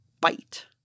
bite